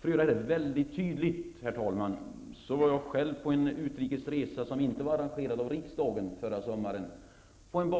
För att väldigt tydligt visa, herr talman, vad jag menar vill jag säga att jag på en utrikes resa förra sommaren -- resan var icke arrangerad av riksdagen -- stötte på en,